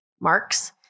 marks